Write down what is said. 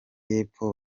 y’epfo